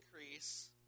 increase